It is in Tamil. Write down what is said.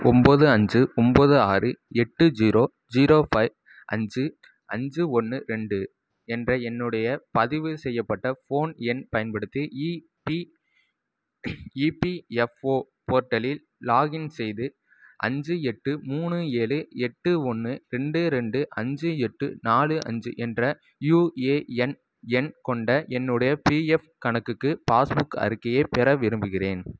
ஒம்பது அஞ்சு ஒம்பது ஆறு எட்டு ஜீரோ ஜீரோ ஃபைவ் அஞ்சு அஞ்சு ஒன்று ரெண்டு என்ற என்னுடைய பதிவு செய்யப்பட்ட ஃபோன் எண் பயன்படுத்தி இபி இபிஎஃப்ஒ போர்ட்டலில் லாக்இன் செய்து அஞ்சு எட்டு மூணு ஏழு எட்டு ஒன்று ரெண்டு ரெண்டு அஞ்சு எட்டு நாலு அஞ்சு என்ற யுஏஎன் எண் கொண்ட என்னுடைய பிஎஃப் கணக்குக்கு பாஸ் புக் அறிக்கையை பெற விரும்புகிறேன்